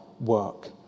work